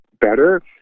better